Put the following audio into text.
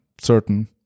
certain